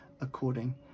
according